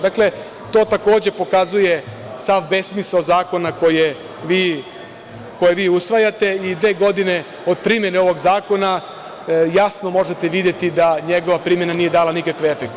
Dakle, to takođe pokazuje sav besmisao zakona koje vi usvajate i te godine od primene ovog zakona jasno možete videti da njegova primena nije dala nikakve efekte.